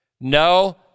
No